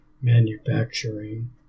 manufacturing